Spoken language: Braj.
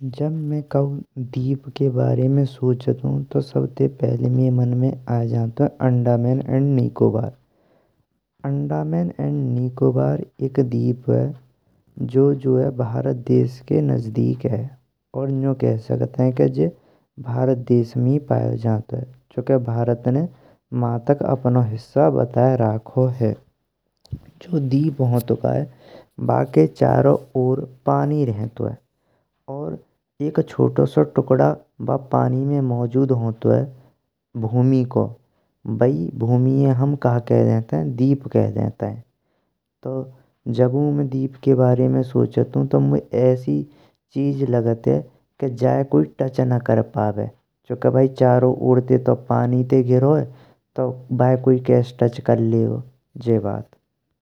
जब मैं काऊ दीप के बारे में सोचन्तु तो सभते पहिले मैये मन में आए जान्तुये अंडमान अंड निकोबार। अंडमान एवं निकोबार एक द्वीप है जो जूय भारत देश के नज़दीक है और नजु कह सकन्तेये के जे भारत देश में पायो जान्तुये। चूंकि भारत ने मान तक अपनौ हिस्सा बातिये रखो है जो दीप हन्तुकइये। बाकी चारों ओर पानी रहन्तुये और एक छोटो सो तुख़्डा पानी में मौजूद रहन्तुये। भूमि को बाई भुमिये हम कहा कह देइन्ते दीप के देइन्ते जबायू में दीप के बारे में सोचन्तु तो मोये ऐस्सी चीज लग्तेये जाए कोई टच ना कर पाबे। चुनके चारौ ओर ते तो पानी ते घिरो है तो बाये कोई कैस्स टच कर लेगो जी बात।